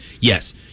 yes